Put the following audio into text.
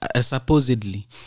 supposedly